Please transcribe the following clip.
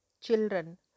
children